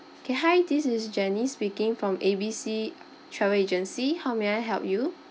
okay hi this is janice speaking from A_B_C travel agency how may I help you